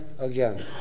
again